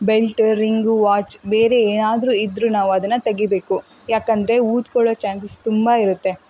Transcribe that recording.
belt ring watch ಬೇರೆ ಏನಾದರೂ ಇದ್ದರೂ ನಾವು ಅದನ್ನು ತೆಗಿಬೇಕು ಯಾಕಂದರೆ ಊದ್ಕೊಳ್ಳೋ ಚಾನ್ಸಸ್ ತುಂಬ ಇರತ್ತೆ